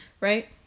right